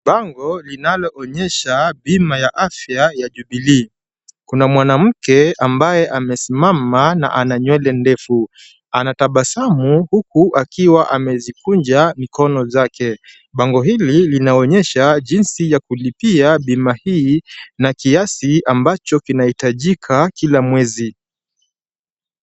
Bango linalo onyesha bima ya afya ya Jubilee. Kuna mwanamke ambaye amesimama na ana nywele ndefu. Anatabasamu huku akiwa amezikunja mikono zake. Bango hili linaonyesha jinsi ya kulipia bima hii na kiasi ambacho kinahitajika kila mwezi.